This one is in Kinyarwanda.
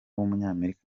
w’umunyamerika